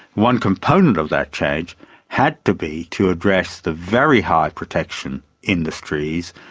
one component of that change had to be to address the very high protection industries,